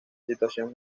situación